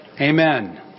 Amen